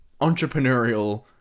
entrepreneurial